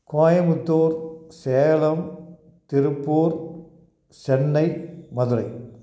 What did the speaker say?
Coimbatore Salem Tiruppur Chennai Madurai